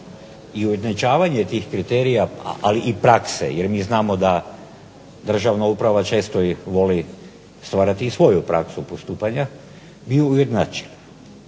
I ujednačavanje tih kriterija i prakse, jer mi znamo da državna uprava često voli stvarati svoju praksu postupanja, ju ujednači.